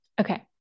Okay